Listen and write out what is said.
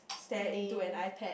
play